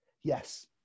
Yes